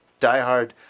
diehard